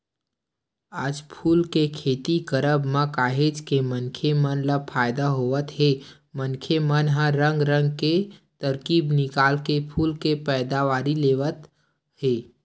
आज फूल के खेती करब म काहेच के मनखे मन ल फायदा होवत हे मनखे मन ह रंग रंग के तरकीब निकाल के फूल के पैदावारी लेवत हे